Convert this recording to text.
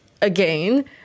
again